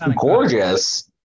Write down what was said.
gorgeous